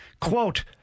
Quote